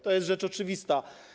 To jest rzecz oczywista.